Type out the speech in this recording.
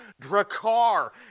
Dracar